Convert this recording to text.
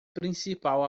principal